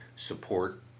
Support